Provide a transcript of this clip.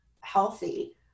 healthy